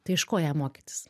tai iš ko jam mokytis